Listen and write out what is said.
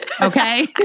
Okay